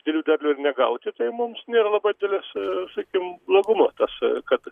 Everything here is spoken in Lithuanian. didelių derlių ir negauti tai mums nėra labai didelis sakykim blogumas tas kad